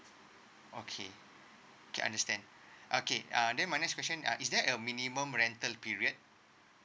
okay okay understand okay uh then my next question uh is there a minimum rental period